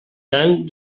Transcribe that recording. tant